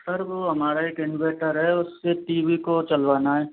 sir वो हमारा एक इनवर्टर है उससे टी वी को चलवाना है